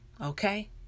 Okay